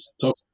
talk